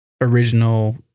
original